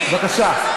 בבקשה.